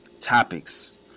topics